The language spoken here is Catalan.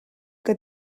que